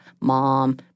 mom